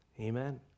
Amen